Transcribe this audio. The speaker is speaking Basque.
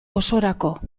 osorako